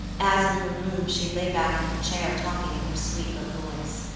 as, in her room, she lay back in her chair talking in her sweet low voice,